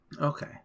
Okay